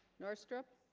north strip